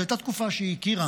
זו הייתה תקופה שבה היא הכירה